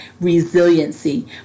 resiliency